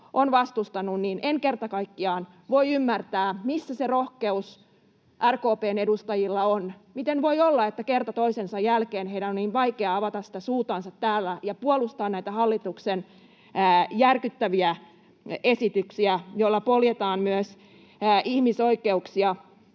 on vastustanut, en kerta kaikkiaan voi ymmärtää, missä se rohkeus RKP:n edustajilla on. Miten voi olla, että kerta toisensa jälkeen heidän on niin vaikeaa avata sitä suutansa täällä ja puolustaa näitä hallituksen järkyttäviä esityksiä, joilla poljetaan myös ihmisoikeuksia?